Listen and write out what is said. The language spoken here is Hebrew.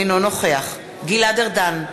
אינו נוכח גלעד ארדן,